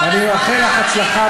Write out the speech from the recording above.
לא עכשיו.